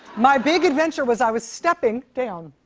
my big adventure was i was stepping down.